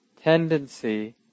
tendency